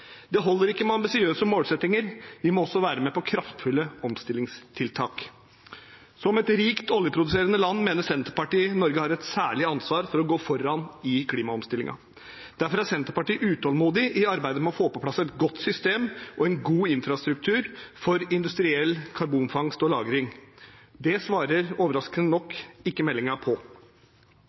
Det holder ikke med ambisiøse målsettinger, vi må også være med på kraftfulle omstillingstiltak. Som et rikt, oljeproduserende land mener Senterpartiet at Norge har et særlig ansvar for å gå foran i klimaomstillingen. Derfor er Senterpartiet utålmodig i arbeidet med å få på plass et godt system og en god infrastruktur for industriell karbonfangst og -lagring. Det svarer overraskende nok ikke meldingen på.